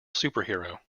superhero